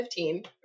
2015